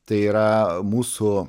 tai yra mūsų